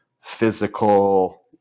physical